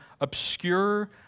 obscure